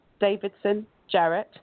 davidsonjarrett